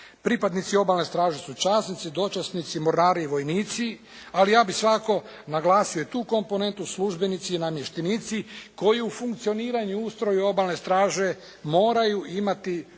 Pripadnici Obalne straže su časnici, dočasnici, mornari i vojnici, ali ja bih svakako naglasio i tu komponentu službenici i namještenici koji u funkcioniranju i ustroju Obalne straže moraju imati